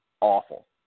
awful